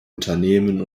unternehmen